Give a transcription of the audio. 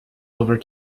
over